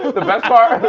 the best part?